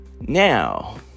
Now